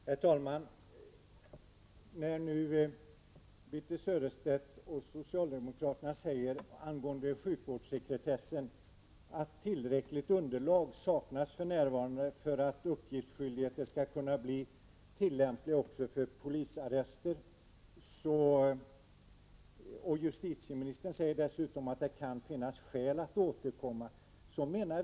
Herr talman! Birthe Sörestedt och socialdemokraterna säger angående sjukvårdssekretessen att tillräckligt underlag för närvarande saknas för att uppgiftsskyldigheten skall kunna bli tillämplig också för polisarrester. Justitieministern säger dessutom att det kan finnas skäl att återkomma.